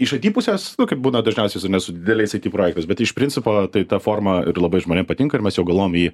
iš aiti pusės nu kaip būna dažniausiai su ne su dideliais aiti projektais bet iš principo tai ta forma ir labai žmonėm patinka ir mes jau galvojom jį